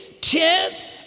tears